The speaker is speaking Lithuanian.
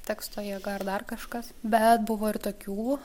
teksto jėga ar dar kažkas bet buvo ir tokių